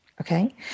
okay